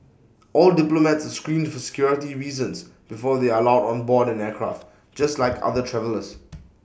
all diplomats are screened for security reasons before they are allowed on board an aircraft just like other travellers